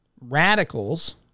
radicals